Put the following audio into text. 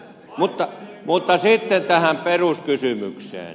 mutta sitten tähän peruskysymykseen